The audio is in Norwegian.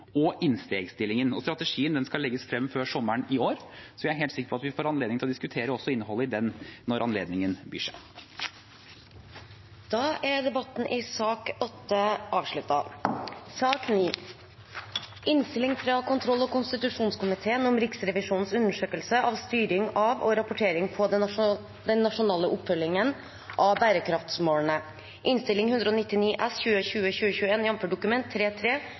og innstegsstillingen. Strategien skal legges frem før sommeren i år, så jeg er helt sikker på at vi får diskutert innholdet i den også, når anledningen byr seg. Debatten i sak nr. 8 er dermed avsluttet. Etter ønske fra kontroll- og konstitusjonskomiteen